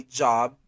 job